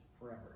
forever